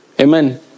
Amen